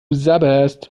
sabberst